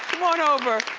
come on over,